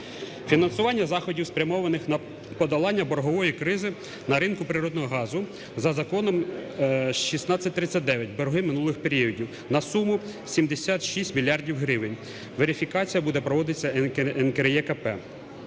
фінансування заходів, спрямованих на подолання боргової кризи на ринку природного газу, за Законом 1639, борги минулих періодів на суму 76 мільярдів гривень. Верифікація буде проводитися НКРЕ КП